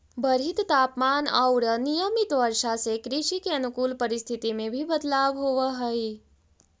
बढ़ित तापमान औउर अनियमित वर्षा से कृषि के अनुकूल परिस्थिति में भी बदलाव होवऽ हई